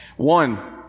One